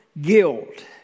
guilt